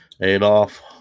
Adolf